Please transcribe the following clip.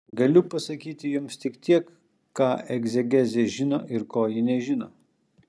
galiu pasakyti jums tik tiek ką egzegezė žino ir ko ji nežino